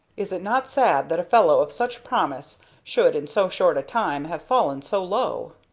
is it not sad that a fellow of such promise should in so short a time have fallen so low?